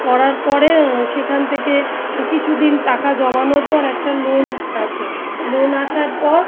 করার পরে সেখান থেকে কিছু দিন টাকা জমানোর পর একটা লোন আসে লোন আসার পর